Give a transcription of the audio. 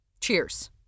Cheers